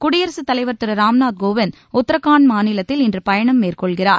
குடியரசுத் தலைவர் திரு ராம் நாத் கோவிந்த் உத்தரகாண்ட் மாநிலத்தில் இன்று பயணம் மேற்கொள்கிறார்